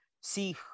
see